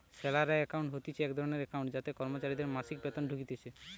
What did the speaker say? salary account হতিছে এক ধরণের একাউন্ট যাতে কর্মচারীদের মাসিক বেতন ঢুকতিছে